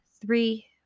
three